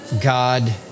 God